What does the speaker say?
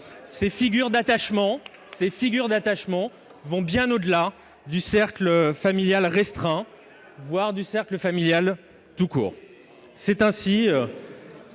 Ces figures d'attachement vont bien au-delà du cercle familial restreint, voire du cercle familial tout court.